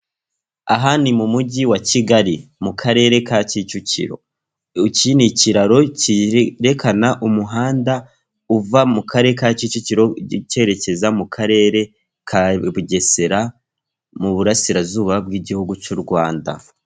Aha ni mu mujyi wa Kigali mu karere ka Kicukiro, iki ni ikiraro cyererekana umuhanda uva mu karere ka Kicukiro cyerekeza mu karere ka Bugesera mu burasirazuba bw'igihugu cy'u Rwanda.